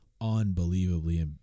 unbelievably